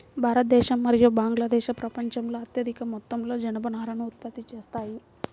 భారతదేశం మరియు బంగ్లాదేశ్ ప్రపంచంలో అత్యధిక మొత్తంలో జనపనారను ఉత్పత్తి చేస్తాయి